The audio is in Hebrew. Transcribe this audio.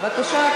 בבקשה.